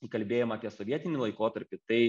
į kalbėjimą apie sovietinį laikotarpį tai